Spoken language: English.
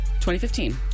2015